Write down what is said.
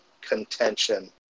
contention